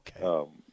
Okay